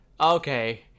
okay